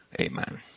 Amen